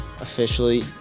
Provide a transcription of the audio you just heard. officially